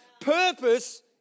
purpose